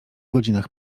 godzinach